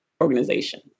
organization